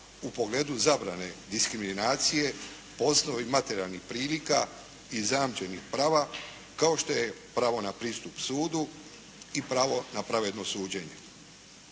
u pogledu zabrane diskriminacije po osnovi materijalnih prilika i zajamčenih prava kao što je pravo na pristup sudu i pravo na pravedno suđenje.